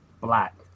black